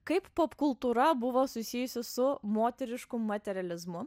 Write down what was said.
kaip popkultūra buvo susijusi su moterišku materializmu